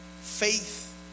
faith